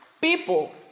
people